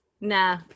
Nah